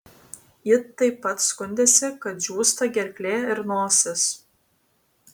ji taip pat skundėsi kad džiūsta gerklė ir nosis